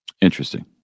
Interesting